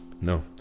No